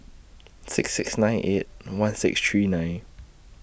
six six nine eight one six three nine